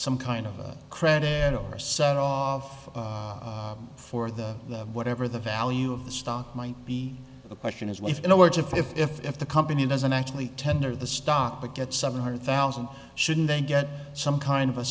some kind of a credit or set off for the whatever the value of the stock might be the question is what if it works if if if if the company doesn't actually tender the stock but at seven hundred thousand shouldn't they get some kind of a